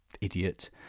idiot